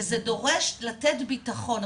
וזה דורש לתת ביטחון.